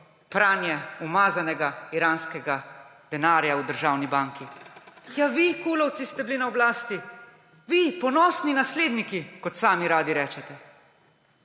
pralo umazan iranski denar v državni banki? Ja vi! Kulovci ste bili na oblasti. Vi, ponosni nasledniki, kot sami radi rečete.